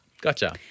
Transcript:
Gotcha